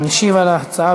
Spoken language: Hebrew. משיב על ההצעה,